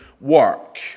work